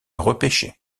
repêché